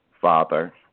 Father